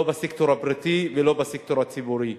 לא בסקטור הפרטי ולא בסקטור הציבורי.